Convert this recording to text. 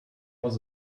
was